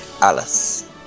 Alice